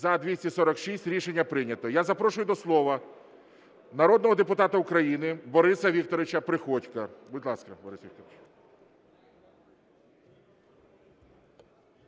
За-246 Рішення прийнято. Я запрошую до слова народного депутата України Бориса Вікторовича Приходька. Будь ласка, Борис Вікторович.